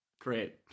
Great